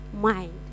mind